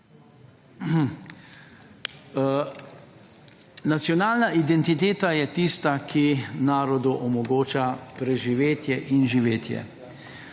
Nacionalna identiteta je tista, ki narodu omogoča preživetje in živetje.